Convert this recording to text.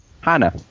Hannah